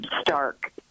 stark